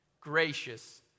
gracious